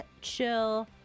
chill